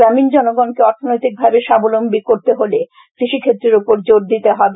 গ্রামীন জনগনকে অর্থনৈতিকভাবে স্বাবলম্বী করতে হলে কৃষিক্ষেত্রের উপর জোর দিতে হবে